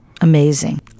amazing